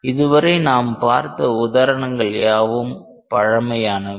இதுவரை நாம் பார்த்த உதாரணங்கள் யாவும் பழமையானவை